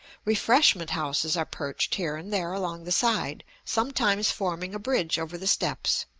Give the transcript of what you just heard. refreshment houses are perched here and there along the side, sometimes forming a bridge over the steps.